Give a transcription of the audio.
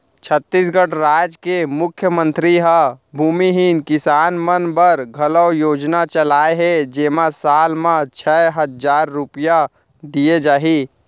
छत्तीसगढ़ राज के मुख्यमंतरी ह भूमिहीन किसान मन बर घलौ योजना लाए हे जेमा साल म छै हजार रूपिया दिये जाही